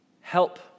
help